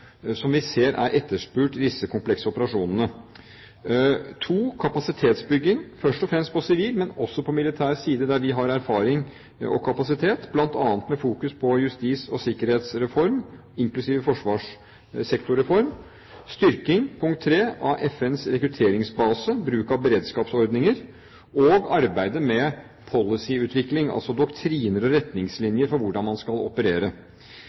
som vi ser er etterspurt i disse komplekse operasjonene. To: kapasitetsbygging, først og fremst på sivil side, men også på militær side der vi har erfaring og kapasitet, bl.a. med fokus på justis- og sikkerhetsreform, inklusiv forsvarssektorreform. Punkt tre: styrking av FNs rekrutteringsbase, bruk av beredskapsordninger og arbeidet med policyutvikling, altså doktriner og retningslinjer for hvordan man skal operere.